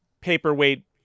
paperweight